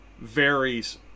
varies